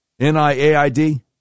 NIAID